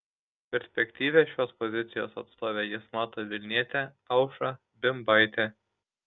perspektyvia šios pozicijos atstove jis mato vilnietę aušrą bimbaitę